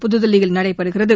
புதுதில்லியில் நடைபெறுகிறது